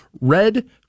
Red